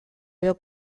edo